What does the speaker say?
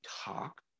talk